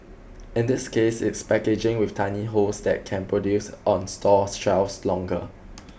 in this case it's packaging with tiny holes that can produce on store shelves longer